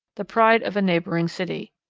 the pride of a neighbouring city.